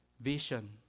vision